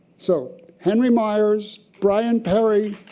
so henry meyers, brian perry,